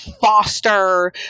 foster